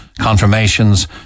confirmations